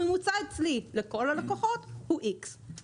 הממוצע אצלי לכל הלקוחות הואX .